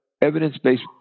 evidence-based